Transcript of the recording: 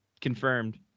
Confirmed